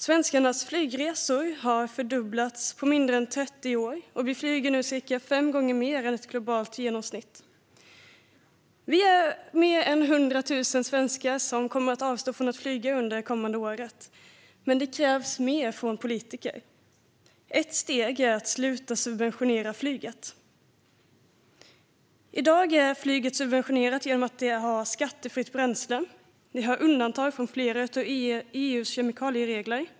Svenskarnas flygresor har fördubblats på mindre än 30 år, och vi flyger nu cirka fem gånger mer än ett globalt genomsnitt. Vi är mer än 100 000 svenskar som kommer att avstå från att flyga under det kommande året. Men det krävs mer av politikerna. Ett steg är att sluta subventionera flyget. I dag är flyget subventionerat genom att man har skattefritt bränsle och undantag från flera av EU:s kemikalieregler.